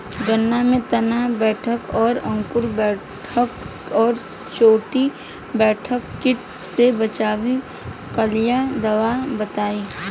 गन्ना में तना बेधक और अंकुर बेधक और चोटी बेधक कीट से बचाव कालिए दवा बताई?